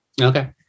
Okay